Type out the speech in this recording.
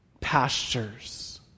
pastures